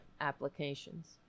applications